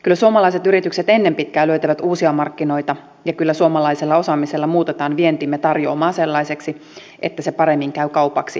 kyllä suomalaiset yritykset ennen pitkää löytävät uusia markkinoita ja kyllä suomalaisella osaamisella muutetaan vientimme tarjoomaa sellaiseksi että se paremmin käy kaupaksi muuttuvilla markkinoilla